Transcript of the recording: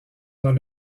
dans